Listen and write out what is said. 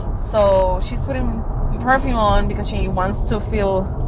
so she's putting perfume on because she wants to feel